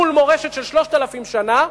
מול מורשת של 3,000 שנה,